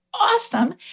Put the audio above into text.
awesome